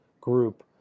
group